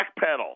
backpedal